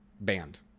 Banned